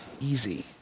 easy